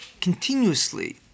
continuously